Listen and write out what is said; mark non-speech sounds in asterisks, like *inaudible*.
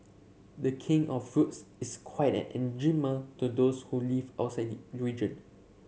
the King of Fruits is quite an enigma to those who live outside *unintelligible* region